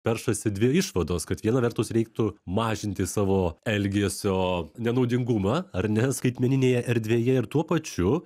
peršasi dvi išvados kad viena vertus reiktų mažinti savo elgesio nenaudingumą ar ne skaitmeninėje erdvėje ir tuo pačiu